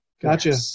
Gotcha